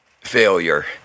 failure